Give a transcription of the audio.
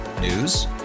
News